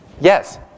Yes